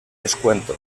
descuento